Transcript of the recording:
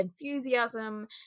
enthusiasm